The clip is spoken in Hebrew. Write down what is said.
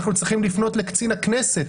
אנחנו צריכים לפנות לקצין הכנסת,